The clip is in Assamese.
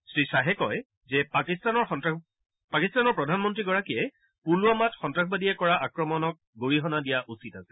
শ্ৰীশ্বাহে কয় পাকিস্তানৰ প্ৰধানমন্ত্ৰীগৰাকীয়ে পুলৱামাত সন্নাবাদীয়ে কৰা আক্ৰমণত গৰিহণা দিয়া উচিত আছিল